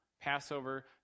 Passover